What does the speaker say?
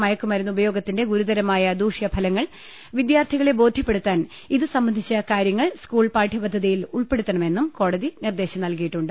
മയക്കുമരുന്നു പയോഗത്തിന്റെ ഗുരുതരമായ ദൂഷ്യഫലങ്ങൾ വിദ്യാർത്ഥികളെ ബോധ്യ പ്പെടുത്താൻ ഇതുസംബന്ധിച്ച കാര്യങ്ങൾ സ്കൂൾ പാഠ്യപദ്ധതിയിൽ ഉൾപ്പെടുത്തണമെന്നും കോടതി നിർദ്ദേശം നൽകിയിട്ടുണ്ട്